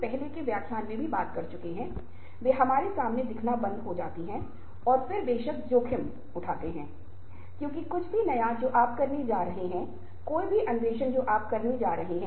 हम दूसरों से कुछ चाहते हैं या कोई हमसे कुछ चाहता है या हमारे पास इसे पाने के लिए कुछ है तो हम बातचीत कर रहे हैं और बातचीत में हमारे संचार कौशल हमारी संचार क्षमता बहुत महत्वपूर्ण भूमिका निभा रहे हैं